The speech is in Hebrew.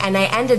היום יום רביעי,